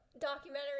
documentary